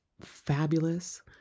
fabulous